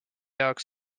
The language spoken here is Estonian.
jaoks